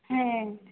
হ্যাঁ